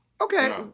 Okay